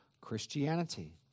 Christianity